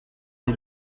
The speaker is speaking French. des